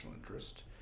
interest